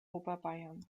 oberbayern